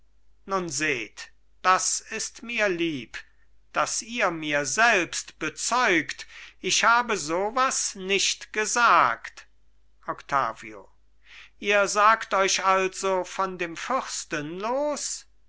nun seht das ist mir lieb daß ihr mir selbst bezeugt ich habe so was nicht gesagt octavio ihr sagt euch also von dem fürsten los